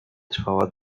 trwała